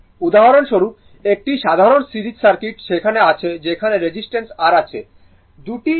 উদাহরণস্বরূপ একটি সাধারণ সিরিজ সার্কিট সেখানে আছে যেখানে রেজিস্টেন্স R আছে